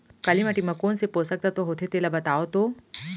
काली माटी म कोन से पोसक तत्व होथे तेला बताओ तो?